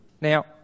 Now